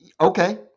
Okay